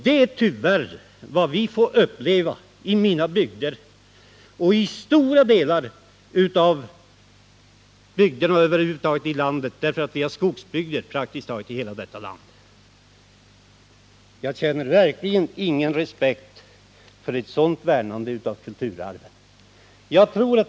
Detta får vi tyvärr uppleva i mina hembygder och i stora delar av landet, eftersom det till så stor del består av skogsbygder.